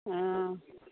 हँ